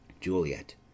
Juliet